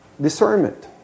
discernment